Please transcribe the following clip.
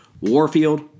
Warfield